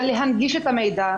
להנגיש את המידע,